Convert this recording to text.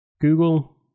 google